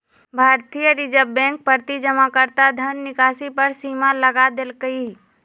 भारतीय reserve bank प्रति जमाकर्ता धन निकासी पर सीमा लगा देलकइ